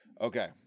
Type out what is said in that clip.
Okay